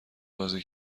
بازی